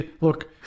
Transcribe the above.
look